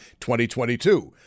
2022